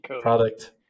product